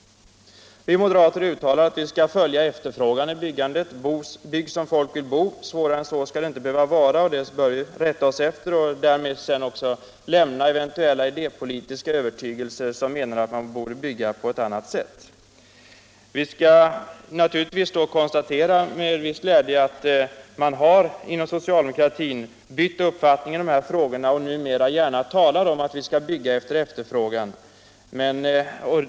Vi moderater uttalar att vi skall följa efterfrågan i byggandet. Bygg som folk vill bo. Svårare än så skall det inte behöva vara, och det skall vi politiker rätta oss efter och därmed också lämna eventuella idépolitiska övertygelser om att bygga på ett annat sätt. Vi kan naturligtvis konstatera med en viss glädje att socialdemokratin bytt uppfattning i de här frågorna och numera gärna talar om att följa efterfrågan.